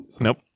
Nope